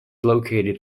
located